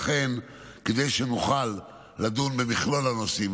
כדי שנוכל לדון במכלול הנושאים,